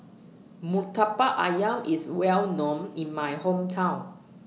Murtabak Ayam IS Well known in My Hometown